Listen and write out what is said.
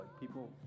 people